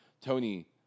Tony